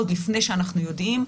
עוד לפני שאנחנו יודעים,